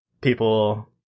people